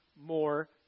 more